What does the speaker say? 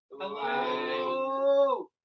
Hello